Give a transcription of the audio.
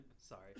Sorry